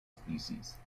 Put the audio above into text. species